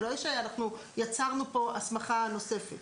זה לא שאנחנו יצרנו פה הסמכה נוספת.